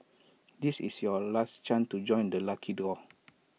this is your last chance to join the lucky draw